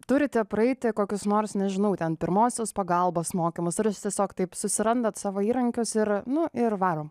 turite praeiti kokius nors nežinau ten pirmosios pagalbos mokymus ar jūs tiesiog taip susirandat savo įrankius ir nu ir varom